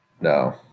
No